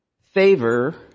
favor